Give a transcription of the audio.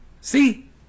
See